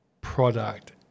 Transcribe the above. product